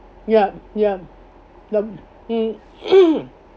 yup yup mm